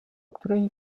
której